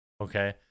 okay